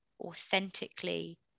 authentically